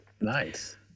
Nice